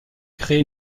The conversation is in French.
créer